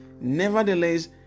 Nevertheless